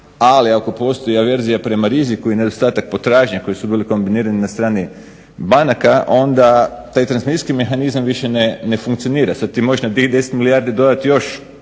ali ako postoji averzija prema riziku i nedostatak potražnje koji su bili kombinirani na strani banaka onda taj transmisijski mehanizam više ne funkcionira. Sada na tih 10 milijardi možeš dodati još